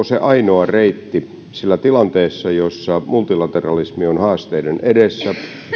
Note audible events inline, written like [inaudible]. [unintelligible] se ainoa reitti sillä tilanteessa jossa multilateralismi on haasteiden edessä